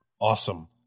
Awesome